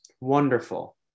wonderful